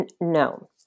no